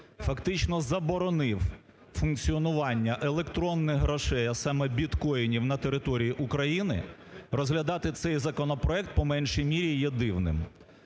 фактично заборонив функціонування електронних грошей, а саме біткоінів на території України розглядати цей законопроект по меншій мірі є дивним.